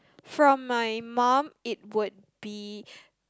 from my mum it would be